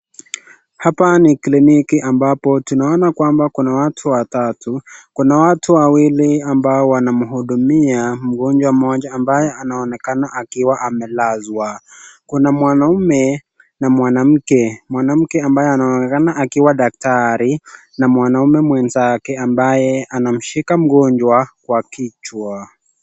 Hapa ni kliniki ambapo tunaona kwamba kuna watu watatu, kuna watu wawili ambao wanamhudumia mgonjwa mmoja ambaye anaonekana akiwa amelazwa. Kuna mwanaume na mwanamke, mwanamke anaonekana akiwa daktari na mwanaume mwenzake ambaye anamshika mgonjwa kwa kichwa.